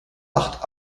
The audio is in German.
acht